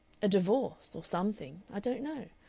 a divorce or something i don't know.